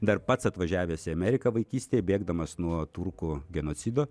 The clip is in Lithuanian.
dar pats atvažiavęs į ameriką vaikystėje bėgdamas nuo turkų genocido